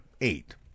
Eight